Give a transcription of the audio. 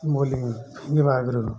bowling ଫିଙ୍ଗିବା ଆଗୁରୁ